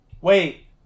Wait